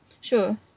Sure